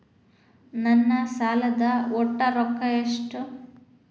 ನನ್ನ ಸಾಲದ ಒಟ್ಟ ರೊಕ್ಕ ಎಷ್ಟು?